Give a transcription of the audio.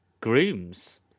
grooms